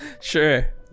Sure